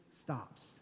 stops